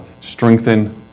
strengthen